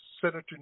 Senator